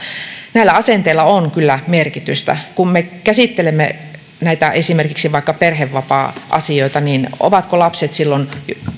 näillä asenteilla on kyllä merkitystä kun me käsittelemme esimerkiksi vaikka näitä perhevapaa asioita ovatko lapset silloin